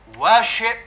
Worship